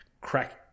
crack